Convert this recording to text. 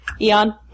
Eon